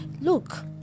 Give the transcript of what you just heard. look